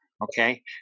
Okay